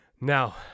Now